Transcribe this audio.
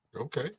Okay